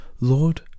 Lord